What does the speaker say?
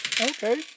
Okay